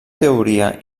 teoria